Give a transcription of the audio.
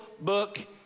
book